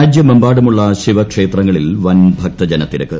രാജ്യമെമ്പാടുമുള്ള ശിവക്ഷേത്രങ്ങളിൽ വൻ ഭക്തജനത്തിരക്ക്